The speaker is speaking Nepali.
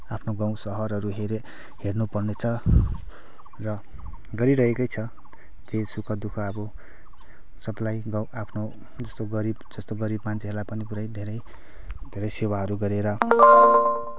आफ्नो गाउँ शहरहरू हेर्नु पर्नेछ र गरिरहेकै छ केही सुख दुःख अब सबलाई गाउँ आफ्नो जस्तो गरिब जस्तो गरिब मान्छेहरूलाई पनि पुरै धेरै धेरै सेवाहरू गरेर